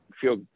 feel